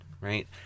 right